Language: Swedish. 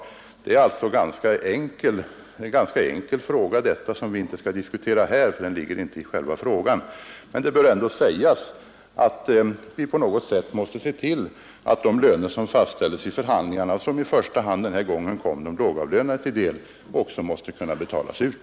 Detta är alltså en ganska enkel sak som vi i och för sig inte skall diskutera här, eftersom den inte inryms i den enkla fråga som herr Enskog ställt. Men det bör ändå sägas att vi på något sätt måste se till att de löner som fastställs vid förhandlingarna och som denna gång i första hand kom de lågavlönade till del också måste kunna betalas ut.